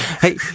Hey